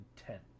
Intent